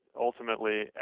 ultimately